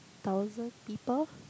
thousand people